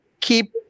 keep